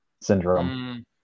syndrome